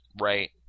Right